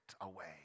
away